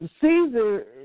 Caesar